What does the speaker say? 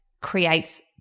creates